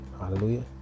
Hallelujah